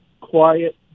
quiet